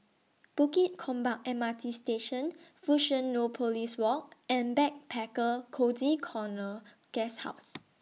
Bukit Gombak M R T Station Fusionopolis Walk and Backpacker Cozy Corner Guesthouse